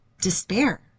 despair